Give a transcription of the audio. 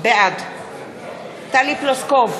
בעד טלי פלוסקוב,